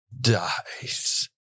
dies